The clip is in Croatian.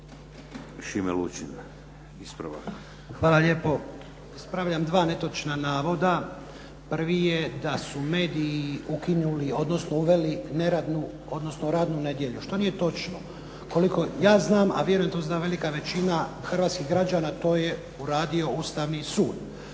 Šime (SDP)** Hvala lijepo. Ispravljam dva netočna navoda. Prvi je da su mediji ukinuli, odnosno uveli, odnosno radnu nedjelju, što nije točno. Koliko ja znam, a vjerojatno to zna i velika većina hrvatskih građana, a to je uradio Ustavni sud.